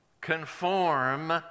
conform